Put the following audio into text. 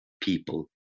people